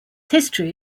history